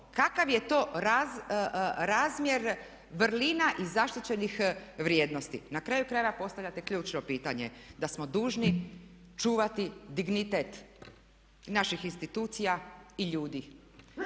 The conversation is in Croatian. kakav je to razmjer vrlina i zaštićenih vrijednosti. Na kraju krajeva postavljate ključno pitanje da smo dužni čuvati dignitet naših institucija i ljudi.